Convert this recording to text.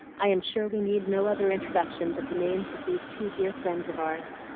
i am sure we need no other introduction but the names of these two dear friends of ours.